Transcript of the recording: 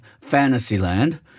Fantasyland